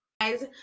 Guys